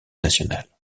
national